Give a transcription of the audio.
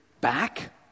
back